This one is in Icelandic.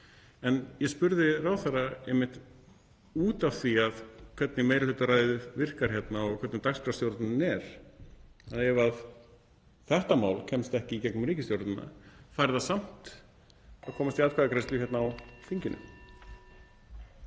En ég spurði ráðherra einmitt út af því hvernig meirihlutaræðið virkar hérna og hvernig dagskrárstjórnin er: Ef þetta mál kemst ekki í gegnum ríkisstjórnina, fær það samt að komast í atkvæðagreiðslu hérna á þinginu?